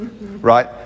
Right